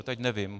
Teď nevím.